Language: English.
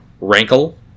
Rankle